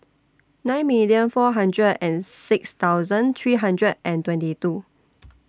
nine million four hundred and six thousand three hundred and twenty two